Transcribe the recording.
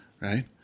right